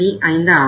5 ஆகும்